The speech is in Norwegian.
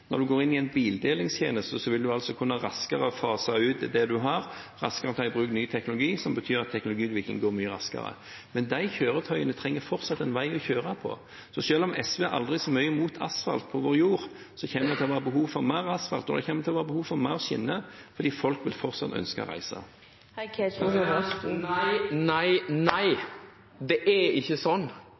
Når man går inn i en bildelingstjeneste, vil man altså raskere kunne fase ut det man har, og raskere ta i bruk ny teknologi, som betyr at teknologiutviklingen vil gå mye raskere. Men de kjøretøyene trenger fortsatt en vei å kjøre på. Så selv om SV er aldri så mye imot asfalt på vår jord, kommer det til å være behov for mer asfalt, og det kommer til å være behov for flere skinner, fordi folk fortsatt vil ønske å reise. Nei, nei, nei. Det er ikke sånn